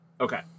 Okay